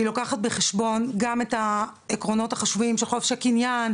זו הצעה שלוקחת בחשבון גם את העקרונות החשובים של חופש הקניין,